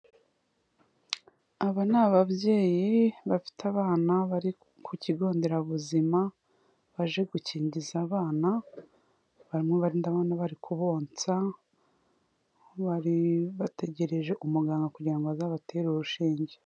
Aba ni ababyeyi bafite abana bari ku kigo nderabuzima baje gukingiza abana, ndabona bari kubonsa bari bategereje umuganga kugira ngo azabatere urushinge.